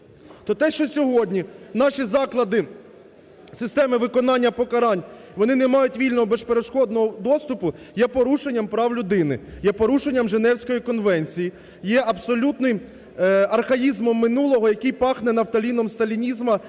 То те, що сьогодні наші заклади системи виконання покарань вони не мають вільного, безперешкодного доступу, є порушенням прав людини, є порушенням Женевської конвенції, є абсолютним архаїзмом минулого, який пахне нафталіном сталінізму